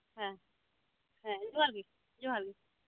ᱦᱮᱸ ᱦᱮᱸ ᱡᱚᱦᱟᱸᱨᱜᱤ ᱡᱚᱦᱟᱸᱨᱜᱤ